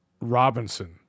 Robinson